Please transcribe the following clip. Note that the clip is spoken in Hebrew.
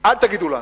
אל תגידו לנו,